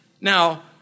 Now